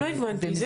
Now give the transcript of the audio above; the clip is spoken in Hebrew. לא הבנתי.